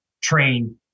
train